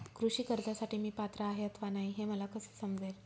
कृषी कर्जासाठी मी पात्र आहे अथवा नाही, हे मला कसे समजेल?